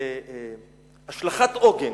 השלכת עוגן